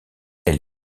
elle